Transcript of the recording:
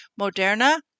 Moderna